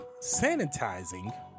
sanitizing